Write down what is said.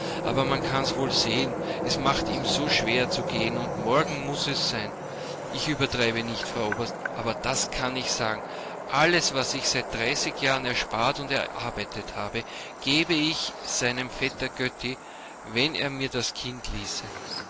aber man kann's wohl sehen es macht ihm so schwer zu gehen und morgen muß es sein ich übertreibe nicht frau oberst aber das kann ich sagen alles was ich seit dreißig jahren erspart und erarbeitet habe gäbe ich seinem vetter götti wenn er mir das kind ließe